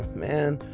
man,